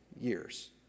years